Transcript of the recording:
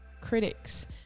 critics